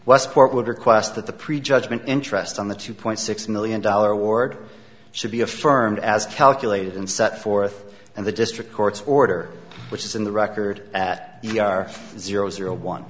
westport would request that the pre judgment interest on the two point six million dollar award should be affirmed as calculated and set forth and the district court's order which is in the record at the are zero zero one